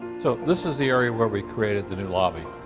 so this is the area where we created the new lobby.